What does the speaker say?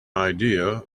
idea